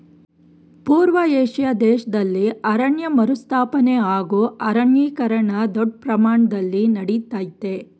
ಪೂರ್ವ ಏಷ್ಯಾ ದೇಶ್ದಲ್ಲಿ ಅರಣ್ಯ ಮರುಸ್ಥಾಪನೆ ಹಾಗೂ ಅರಣ್ಯೀಕರಣ ದೊಡ್ ಪ್ರಮಾಣ್ದಲ್ಲಿ ನಡಿತಯ್ತೆ